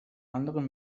anderem